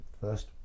First